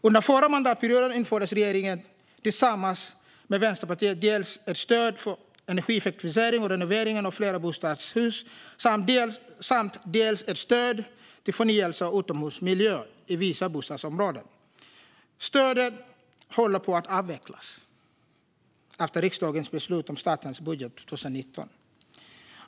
Under den förra mandatperioden införde regeringen tillsammans med Vänsterpartiet dels ett stöd för energieffektivisering och renovering av flerbostadshus, dels ett stöd till förnyelse av utomhusmiljöer i vissa bostadsområden. Stöden håller på att avvecklas efter riksdagens beslut om statens budget för 2019.